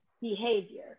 behavior